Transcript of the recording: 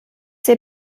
der